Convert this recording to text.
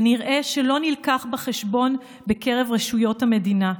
ונראה שלא נלקח בחשבון בקרב רשויות המדינה.